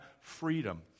freedom